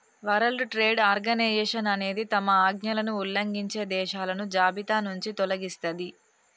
world trade organisation అనేది తమ ఆజ్ఞలను ఉల్లంఘించే దేశాలను జాబితానుంచి తొలగిస్తది